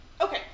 okay